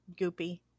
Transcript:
goopy